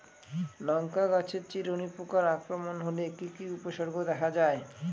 লঙ্কা গাছের চিরুনি পোকার আক্রমণ হলে কি কি উপসর্গ দেখা যায়?